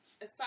Aside